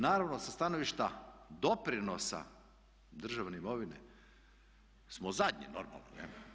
Naravno sa stanovišta doprinosa državne imovine smo zadnji normalno, ne.